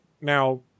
Now